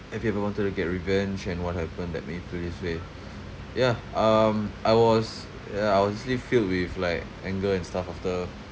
have you ever wanted to get revenge and what happened that made you feel this way yeah um I was ya I was actually filled with like anger and stuff after